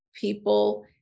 people